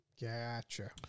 Gotcha